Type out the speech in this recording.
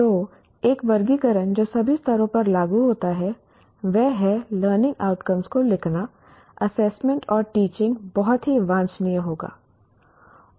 तो एक वर्गीकरण जो सभी स्तरों पर लागू होता है वह है लर्निंग आउटकम को लिखना एसेसमेंट और टीचिंग बहुत ही वांछनीय होगा